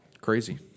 Crazy